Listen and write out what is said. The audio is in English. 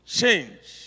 change